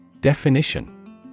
Definition